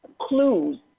clues